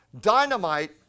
Dynamite